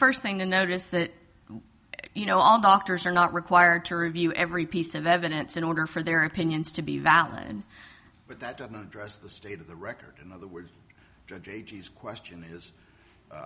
first thing to notice that you know all doctors are not required to review every piece of evidence in order for their opinions to be valid and but that doesn't address the state of the record in other words judge agee's question is